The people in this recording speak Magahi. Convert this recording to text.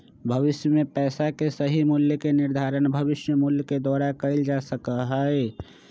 भविष्य में पैसा के सही मूल्य के निर्धारण भविष्य मूल्य के द्वारा कइल जा सका हई